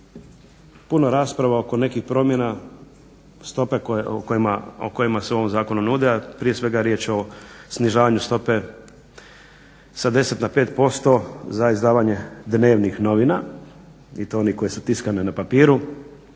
puno rasprava oko nekih promjena stope o kojima se u ovom zakonu nude a prije svega je riječ o snižavanju stope sa 10 na 5% za izdavanje dnevnih novina i to onih koje su tiskane na papiru